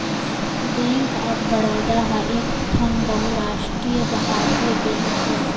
bank of Baroda ह एकठन बहुरास्टीय भारतीय बेंक हे